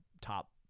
top